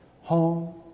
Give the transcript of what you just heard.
home